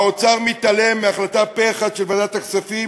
האוצר מתעלם מהחלטה פה-אחד של ועדת הכספים